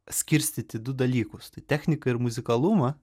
skirstyt į du dalykus techniką ir muzikalumą